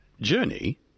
Journey